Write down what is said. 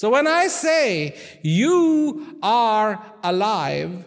so when i say you are alive